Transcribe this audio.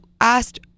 asked